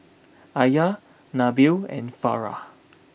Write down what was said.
Alya Nabil and Farah